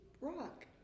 rock